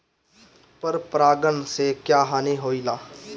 पर परागण से क्या हानि होईला?